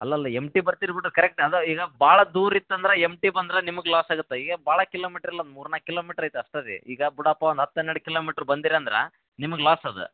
ಅಲ್ಲಲ್ಲ ಎಮ್ಟಿ ಬರ್ತೀರಿ ಬಿಡಿರಿ ಕರೆಕ್ಟ್ ಅದು ಈಗ ಭಾಳ ದೂರಿತ್ತು ಅಂದ್ರೆ ಎಮ್ಟಿ ಬಂದ್ರೆ ನಿಮ್ಗೆ ಲಾಸ್ ಆಗುತ್ತೆ ಈಗ ಭಾಳ ಕಿಲೋಮಿಟ್ರ್ ಇಲ್ಲ ಮೂರು ನಾಲ್ಕು ಕಿಲೋಮೀಟ್ರ್ ಐತೆ ಅಷ್ಟೆ ರೀ ಈಗ ಬಿಡಪ್ಪ ಒಂದು ಹತ್ತು ಹನ್ನೆರಡು ಕಿಲೋಮಿಟ್ರ್ ಬಂದಿರಂದ್ರೆ ನಿಮ್ಗೆ ಲಾಸ್ ಅದು